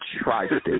Tri-State